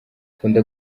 akunda